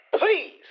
Please